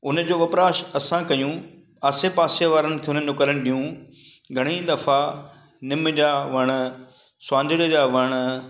हुनजो वपराश असां कयूं आसे पासे वारनि खे उन्हनि खे करण ॾियूं घणेई दफ़ा निम जा वण स्वांजड़े जा वण